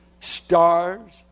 stars